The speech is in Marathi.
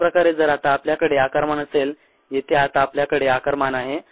अशाप्रकारे जर आता आपल्याकडे आकारमान असेल येथे आता आपल्याकडे आकारमान आहे